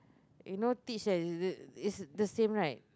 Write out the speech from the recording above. you know teach like is the is the same right